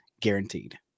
guaranteed